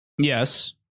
Yes